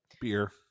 Beer